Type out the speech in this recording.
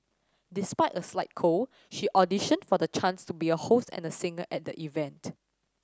despite a slight cold she auditioned for the chance to be a host and a singer at the event